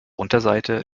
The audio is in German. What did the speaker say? unterseite